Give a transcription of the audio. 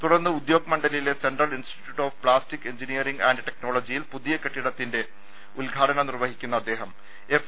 തുടർന്ന് ഉദ്യോഗമണ്ഡലിലെ central institute of plastic engineering and ടെക്നോളജിയിൽ പുതിയ കെട്ടിടത്തിന്റെ ഉദ്ഘാടനം നിർവഹിക്കുന്ന അദ്ദേഹം എഫ്